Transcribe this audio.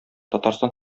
татарстан